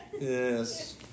Yes